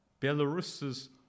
Belarus's